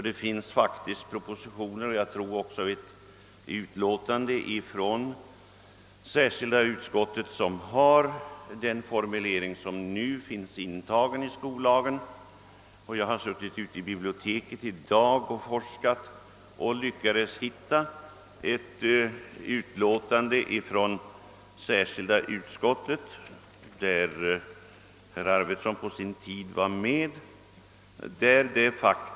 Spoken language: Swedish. Det finns faktiskt propositioner, och även utlåtande från särskilda utskottet, vilka har den formulering som nu finns intagen i skollagen. Jag har i dag i biblioteket lyckats finna ett utlåtande från särskilda utskottet, där herr Arvidson på sin tid var med.